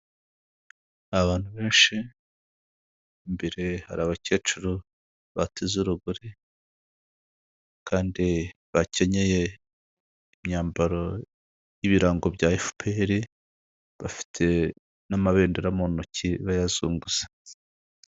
Abantu benshi, imbere hari abakecuru bateze urugori kandi bakenyeye imyambaro y'ibirango bya FPR bafite n'amabendera mu ntoki bayazunguza.